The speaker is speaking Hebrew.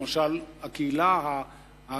למשל הקהילה הגאה,